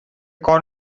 corner